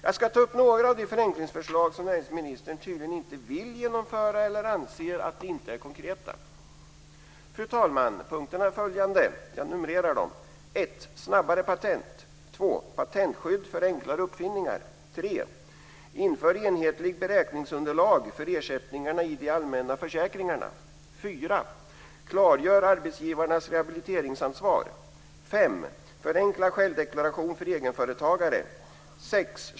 Jag ska ta upp några av de förenklingsförslag som näringsministern tydligen inte vill genomföra eller anser inte är konkreta. Fru talman! Punkterna är följande. 4. Klargör arbetsgivarnas rehabiliteringsansvar. 6.